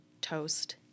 toast